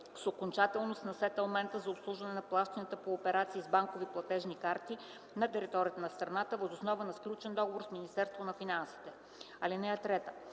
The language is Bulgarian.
с окончателност на сетълмента за обслужване на плащания по операции с банкови платежни карти на територията на страната въз основа на сключен договор с Министерството на финансите. (3)